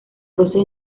roces